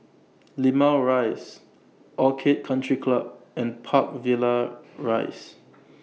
Limau Rise Orchid Country Club and Park Villas Rise